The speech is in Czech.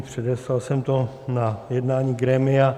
Předeslal jsem to na jednání grémia.